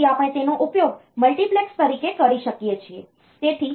તેથી આપણે તેનો ઉપયોગ મલ્ટિપ્લેક્સ તરીકે કરી શકીએ છીએ